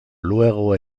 luego